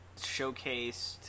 showcased